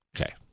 Okay